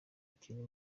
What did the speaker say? kintu